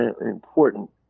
important